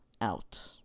out